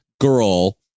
girl